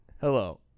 Hello